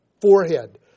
forehead